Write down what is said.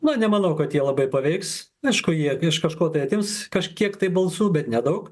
na nemanau kad jie labai paveiks aišku jie iš kažko tai atims kažkiek tai balsų bet nedaug